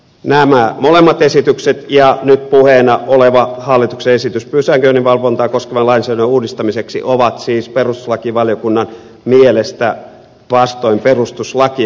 nämä molemmat esitykset ja nyt puheena oleva hallituksen esitys pysäköinninvalvontaa koskevan lainsäädännön uudistamiseksi ovat siis perustuslakivaliokunnan mielestä vastoin perustuslakia